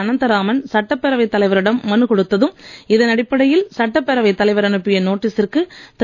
அனந்தராமன் சட்டப்பேரவைத் தலைவரிடம் மனு கொடுத்ததும் இதன் அடிப்படையில் சட்டப்பேரவைத் தலைவர் அனுப்பிய நோட்டீசிற்கு திரு